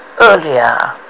earlier